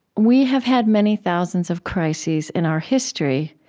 we have had many thousands of crises in our history,